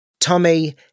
Tommy